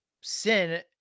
sin